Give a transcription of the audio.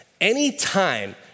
Anytime